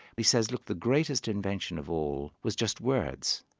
he says, look, the greatest invention of all was just words,